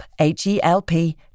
H-E-L-P